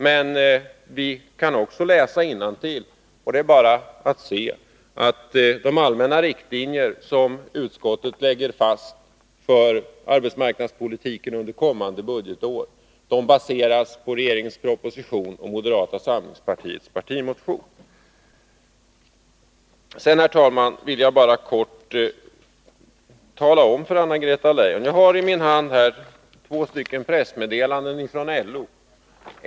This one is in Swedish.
Men vi kan också läsa innantill, och då ser vi att de allmänna riktlinjer som utskottet lägger fast för arbetsmarknadspolitiken under kommande budgetår baseras på regeringens proposition och moderata samlingspartiets partimotion. Jag har, Anna-Greta Leijon, i min hand två pressmeddelanden från LO.